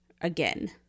again